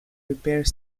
prepares